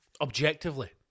Objectively